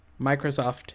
Microsoft